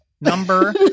number